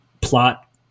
plot